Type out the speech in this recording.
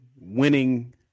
winning